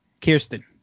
Kirsten